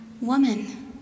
woman